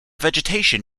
vegetation